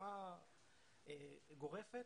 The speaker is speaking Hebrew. ברמה גורפת,